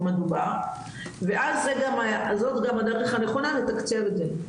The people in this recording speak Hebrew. מדובר וזאת גם הדרך הנכונה לתקצב את זה,